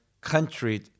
country